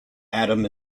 adam